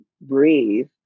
breathe